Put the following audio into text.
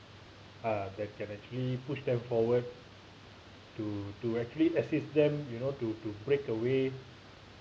uh that can actually push them forward to to actually assist them you know to to break away